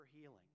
healing